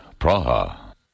Praha